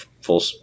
full